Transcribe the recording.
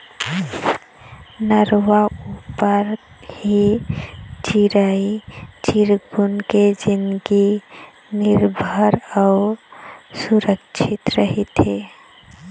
नरूवा ऊपर ही चिरई चिरगुन के जिनगी निरभर अउ सुरक्छित रहिथे